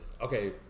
Okay